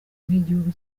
nk’igihugu